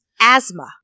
asthma